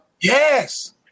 Yes